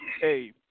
hey